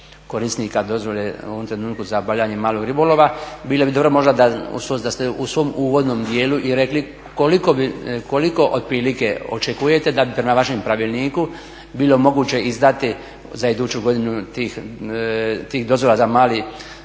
trenutku za obavljanje malog ribolova. Bilo bi dobro možda da ste u svom uvodnom dijelu i rekli koliko otprilike očekujete da bi prema vašem pravilniku bilo moguće izdati za iduću godinu tih dozvola za mali obalni